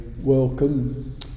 welcome